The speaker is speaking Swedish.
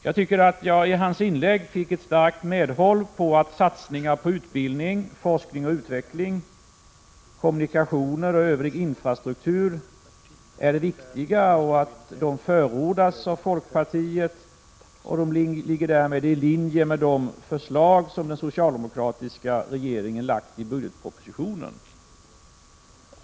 Jag tycker också att jag i hans inlägg fick ett starkt medhåll då det gäller att satsningar på utbildning, forskning och utveckling, kommunikationer och övrig infrastruktur är viktiga och att dessa satsningar förordas av folkpartiet. Det ligger därmed i linje med den socialdemokratiska regeringens förslag i budgetpropositionen.